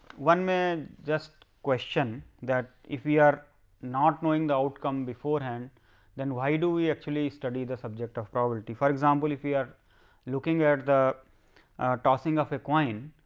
one may just question that if we are not knowing the outcome before, and then why do we actually study the subject of probability. for example if we are looking at the tossing of a queen,